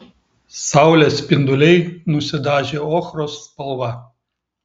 saulės spinduliai nusidažė ochros spalva